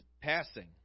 passing